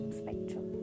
spectrum